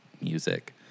music